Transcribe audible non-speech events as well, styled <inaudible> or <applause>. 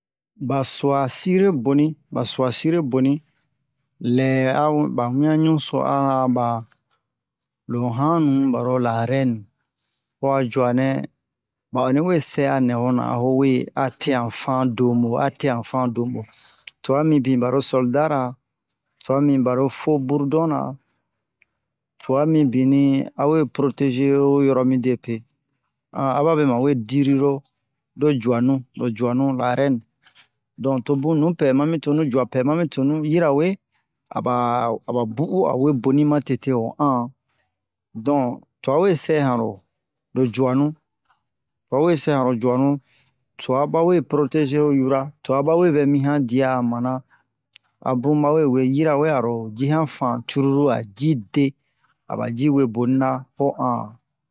ba su'a sire boni ba su'a sire boni lɛ a ba wian ɲuso a'a ba lo yanu baro la rɛni ho a juanɛ ba onni we sɛ a nɛ hona a ho we a te han fan dobo a te han fan dobo tua mibin ba ro soldara tua mi baro foburdon na tua mibini a we protege ho yoro mi depe <hesitation> a babe ma we diriro lo juanu lo juanu la rɛni don to bun nupɛ ma mi tonu jua pɛ ma mi tonu yirawe aba aba bu'u a we boni ma tete ho an don tua we sɛ hanro lo juanu tua we sɛ hanro juanu tua bawe protege ho yura tua bawe vɛ mi han dia a mana a bun bawe we yirawe aro ji han fan cruru a ji de a ba ji weboni na ho an